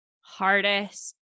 hardest